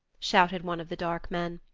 shouted one of the dark men.